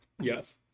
Yes